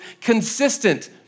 consistent